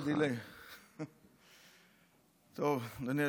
אדוני היושב-ראש,